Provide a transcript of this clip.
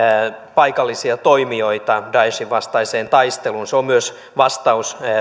paikallisia toimijoita daeshin vastaiseen taisteluun se on myös vastaus